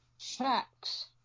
facts